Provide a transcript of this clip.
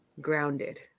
Grounded